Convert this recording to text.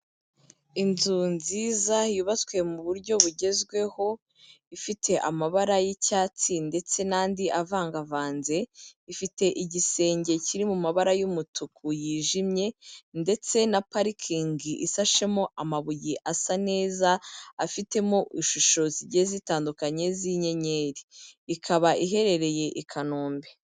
Inzu nziza yubatswe mu buryo bugezweho, ifite amabara y'icyatsi ndetse n'andi avangavanze, ifite igisenge kiri mu mabara y'umutuku yijimye, ndetse na parikingi isashemo amabuye asa neza, afitemo ishusho zigiye zitandukanye z'inyenyeri. Ikaba iherereye i Kanombe.